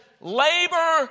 labor